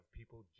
people